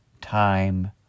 time